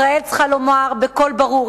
ישראל צריכה לומר בקול ברור,